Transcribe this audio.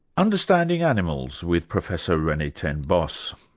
understanding animals, with professor rene ten bos.